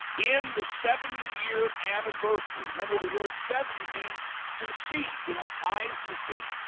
in the seventy year anniversary. remember, the word seventy, means to see, to have eyes to see.